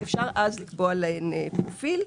אז אפשר לקבוע להן פרופיל.